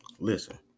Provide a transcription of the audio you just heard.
Listen